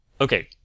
Okay